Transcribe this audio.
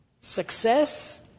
success